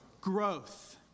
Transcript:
Growth